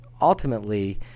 ultimately